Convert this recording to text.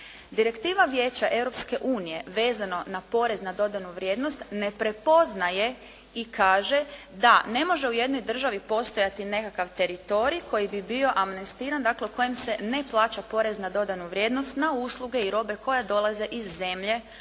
unije vezano na porez na dodanu vrijednost, ne prepoznaje i kaže da ne može u jednoj državi postojati nekakav teritorij koji bi bio amnestiran, dakle u kojem se ne plaća porez na dodanu vrijednost na usluge i robe koje dolaze iz zemlje